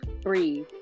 Breathe